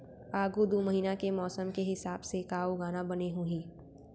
आगे दू महीना के मौसम के हिसाब से का उगाना बने होही?